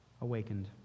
Awakened